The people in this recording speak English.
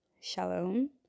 shalom